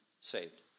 saved